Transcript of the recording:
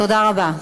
תודה רבה.